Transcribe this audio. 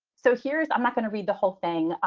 so here's i'm not going to read the whole thing.